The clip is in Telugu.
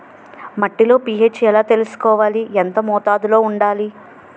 మట్టిలో పీ.హెచ్ ఎలా తెలుసుకోవాలి? ఎంత మోతాదులో వుండాలి?